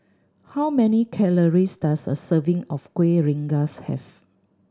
how many calories does a serving of Kueh Rengas have